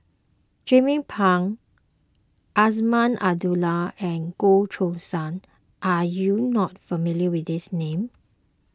Jernnine Pang Azman Abdullah and Goh Choo San are you not familiar with these names